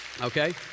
Okay